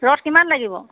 ৰদ কিমান লাগিব